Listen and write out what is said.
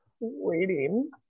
waiting